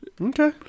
Okay